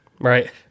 Right